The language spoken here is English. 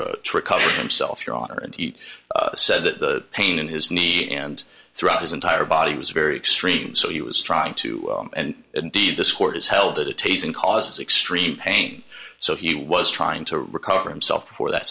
to trick cover himself your honor and he said that the pain in his knee and throughout his entire body was very extreme so he was trying to and indeed this court has held that a tasing causes extreme pain so he was trying to recover himself for that